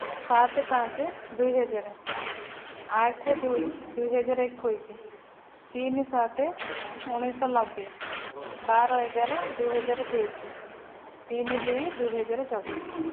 ସାତ ପାଞ୍ଚ ଦୁଇହଜାର ଆଠ ଦୁଇ ଦୁଇହଜାର ଏକୋଇଶ ତିନି ସାତ ଉଣେଇଶହ ନବେ ବାର ଏଗାର ଦୁଇହଜାର ତେଇଶ ତିନି ଦୁଇ ଦୁଇହଜାର ଚବିଶ